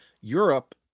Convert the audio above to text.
Europe